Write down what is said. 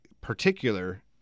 particular